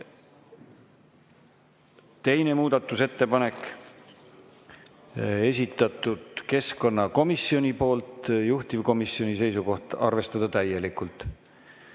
Teine muudatusettepanek, esitanud keskkonnakomisjon, juhtivkomisjoni seisukoht: arvestada täielikult.